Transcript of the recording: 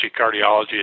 cardiology